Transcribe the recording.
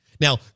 Now